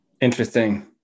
interesting